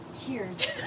cheers